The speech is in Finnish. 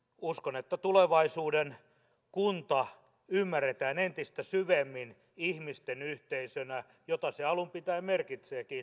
uskon että tulevaisuuden kunta ymmärretään entistä syvemmin ihmisten yhteisönä jota se alun pitäen merkitseekin